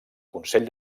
consell